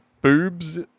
boobs